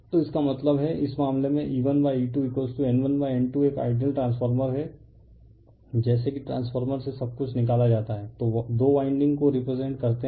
तो इसका मतलब है इस मामले में E1E2N1N2 एक आइडियल ट्रांसफॉर्मर है जैसे कि ट्रांसफॉर्मर से सब कुछ निकाला जाता है दो वाइंडिंग को रिप्रेसेंट करते है